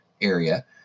area